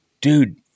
dude